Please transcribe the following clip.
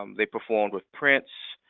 um they performed with prince,